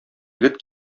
егет